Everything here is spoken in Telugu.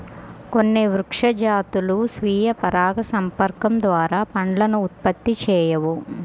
కొన్ని వృక్ష జాతులు స్వీయ పరాగసంపర్కం ద్వారా పండ్లను ఉత్పత్తి చేయవు